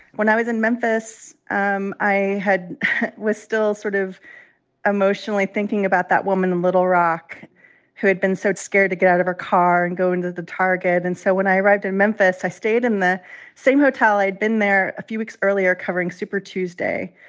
when i was in memphis, um i had was still sort of emotionally thinking about that woman in little rock who had been so scared to get out of her car and go into the target. and so when i arrived in memphis, i stayed in the same hotel. i'd been there a few weeks earlier covering super tuesday.